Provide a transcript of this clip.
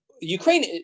Ukraine